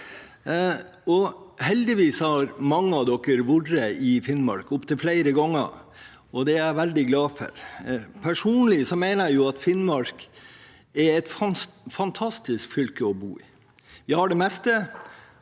Heldigvis har mange av dere vært i Finnmark opptil flere ganger, og det er jeg veldig glad for. Personlig mener jeg at Finnmark er et fantastisk fylke å bo i, vi har det meste.